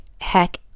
heck